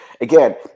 again